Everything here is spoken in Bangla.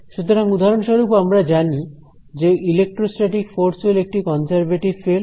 সুতরাং উদাহরণস্বরূপ আমরা জানি যে ইলেকট্রোস্ট্যাটিক ফোর্স হল একটি কনজারভেটিভ ফিল্ড